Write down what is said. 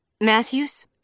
Matthews